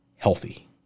Healthy